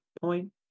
point